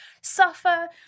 suffer